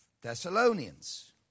Thessalonians